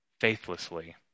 faithlessly